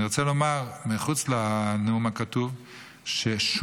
אני רוצה לומר מחוץ לנאום הכתוב ששום